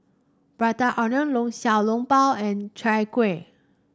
Prata Onion Long Xiao Long Bao and Chai Kueh